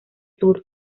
sur